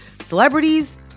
Celebrities